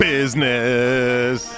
Business